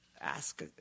ask